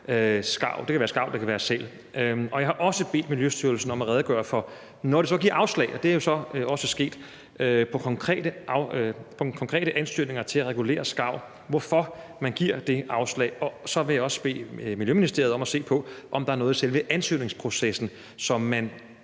kan også være i forhold til sæler. Jeg har også bedt Miljøstyrelsen om at redegøre for, hvornår de så giver afslag, for det er jo så også sket, på konkrete ansøgninger til at regulere skarv, altså hvorfor man giver det afslag. Og så vil jeg bede Miljøministeriet om at se på, om der er noget i selve ansøgningsprocessen, som man